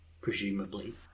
presumably